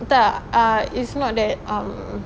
tak it's not that um